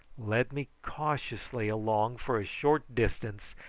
led me cautiously along for a short distance,